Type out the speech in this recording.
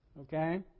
Okay